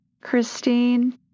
Christine